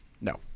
No